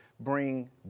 bring